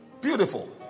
Beautiful